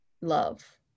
love